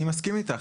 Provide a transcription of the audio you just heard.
אני מסכים איתך.